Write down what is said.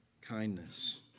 kindness